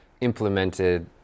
implemented